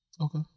Okay